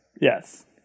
Yes